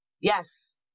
Yes